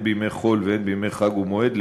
הן בימי חול והן בימי חג ומועד,